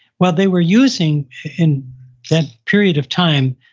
well they were using in that period of time,